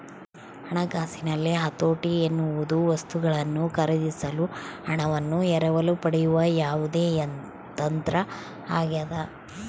ಹಣಕಾಸಿನಲ್ಲಿ ಹತೋಟಿ ಎನ್ನುವುದು ವಸ್ತುಗಳನ್ನು ಖರೀದಿಸಲು ಹಣವನ್ನು ಎರವಲು ಪಡೆಯುವ ಯಾವುದೇ ತಂತ್ರ ಆಗ್ಯದ